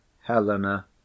Helena